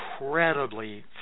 incredibly